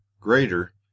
greater